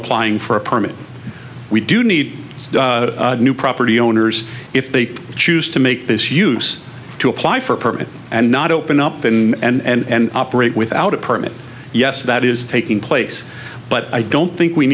applying for a permit we do need new property owners if they choose to make this use to apply for a permit and not open up and operate without a permit yes that is taking place but i don't think we